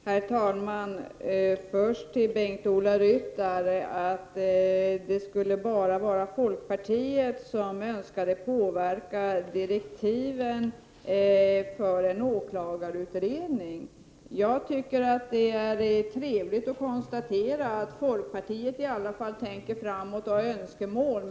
Herr talman! Bengt-Ola Ryttar sade att det bara är folkpartiet som vill påverka direktiven för en åklagarutredning. Det är trevligt att konstatera att i varje fall folkpartiet tänker framåt och har önskemål.